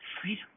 Freedom